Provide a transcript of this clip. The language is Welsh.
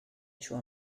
tro